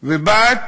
ובאת